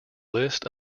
list